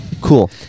Cool